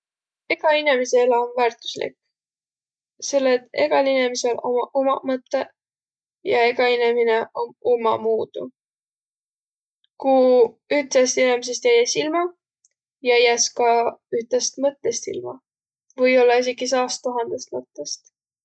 Egä inemise elo om väärtüslik selle, et egäl inemisel ommaq umaq mõttõq ja egä inemine om ummamuudu. Ku ütest inemisest jäiäs ilma, jäiäs ka ütest mõttõst ilma. Või-ollaq esiki saast tuhandõst mõttõst.